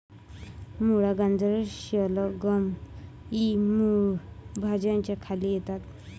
मुळा, गाजर, शलगम इ मूळ भाज्यांच्या खाली येतात